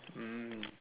mm